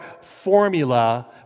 formula